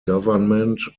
government